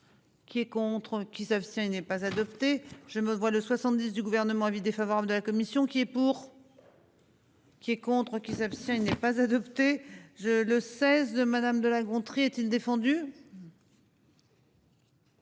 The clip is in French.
Qui est contre qui s'abstient. Il n'est pas adopté, je me vois de 70 du Gouvernement avis défavorable de la commission qui est pour. Qui est contre qui s'abstient n'est pas adopté. Le 16 de madame de La Gontrie est-t-il défendu.